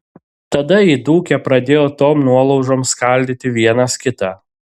tada įdūkę pradėjo tom nuolaužom skaldyti vienas kitą